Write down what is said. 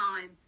time